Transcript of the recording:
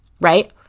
right